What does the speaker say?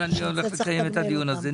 אבל אני הולך לקיים את הדיון הזה.